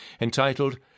entitled